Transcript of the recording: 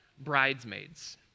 bridesmaids